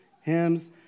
hymns